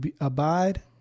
abide